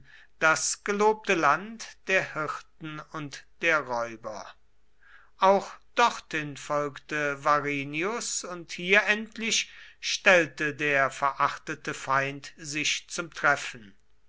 das gelobte land der hirten und der räuber auch dorthin folgte varinius und hier endlich stellte der verachtete feind sich zum treffen